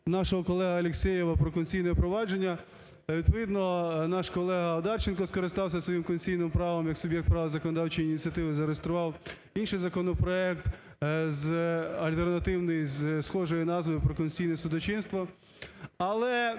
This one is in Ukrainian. нашого колеги Алєксєєва про Конституційне провадження, відповідно наш колега Одарченко скористався своїм конституційним правом як суб'єкт права законодавчої ініціативи, зареєстрував інший законопроект, альтернативний, зі схожою назвою: "Про Конституційне судочинство". Але